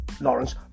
Lawrence